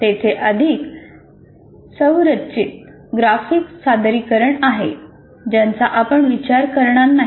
तेथे अधिक संरचित ग्राफिक सादरीकरण आहेत ज्यांचा आपण विचार करणार नाही